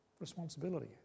responsibility